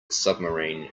submarine